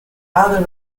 other